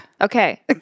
Okay